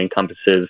encompasses